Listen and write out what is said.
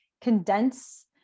condense